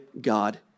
God